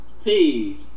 Hey